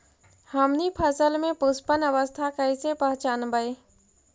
हमनी फसल में पुष्पन अवस्था कईसे पहचनबई?